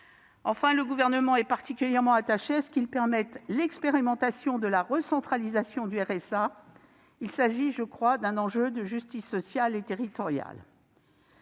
Enfin, le Gouvernement est particulièrement attaché à ce qu'il permette l'expérimentation de la recentralisation du revenu de solidarité active, le RSA. Il s'agit, je crois, d'un enjeu de justice sociale et territoriale.